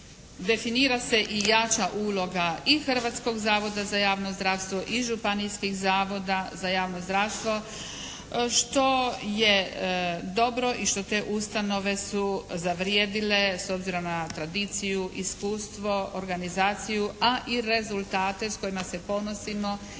definira se i jača uloga i Hrvatskog zavoda za javno zdravstvo i županijskih zavoda za javno zdravstvo što je dobro i što te ustanove su zavrijedile s obzirom na tradiciju, iskustvo, organizaciju a i rezultate s kojima se ponosimo i